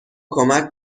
کمک